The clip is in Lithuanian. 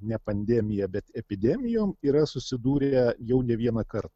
ne pandemija bet epidemijom yra susidūrę jau ne vieną kartą